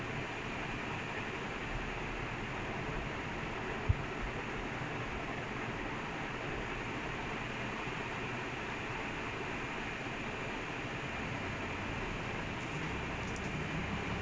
that many team had nobody legit and somehow he still got second like it's really good coach really people say oh he's too defensive he only scores high high scoring games it's quite dumb ah you just get disrespected too much